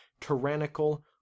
tyrannical